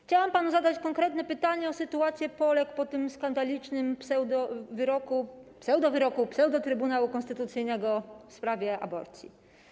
Chciałam panu zadać konkretne pytanie o sytuację Polek po tym skandalicznym pseudowyroku pseudo-Trybunału Konstytucyjnego w sprawie aborcji.